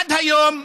עד היום,